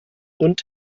und